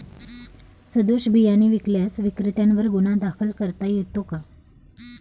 सदोष बियाणे विकल्यास विक्रेत्यांवर गुन्हा दाखल करता येतो का?